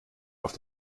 auf